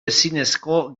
ezinezko